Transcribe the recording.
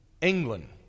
England